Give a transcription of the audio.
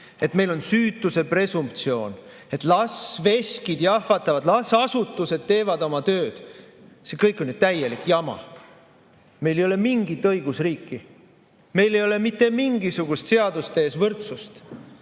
et meil on süütuse presumptsioon, et las veskid jahvatavad, et las asutused teevad oma tööd. See kõik on ju täielik jama! Meil ei ole mingit õigusriiki. Meil ei ole mitte mingisugust seaduste ees võrdsust.